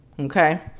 Okay